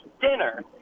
dinner